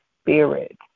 spirit